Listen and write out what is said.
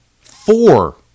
four